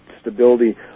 stability